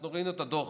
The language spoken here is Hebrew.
אנחנו ראינו את הדוח